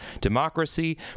democracy